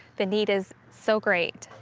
the need is so great.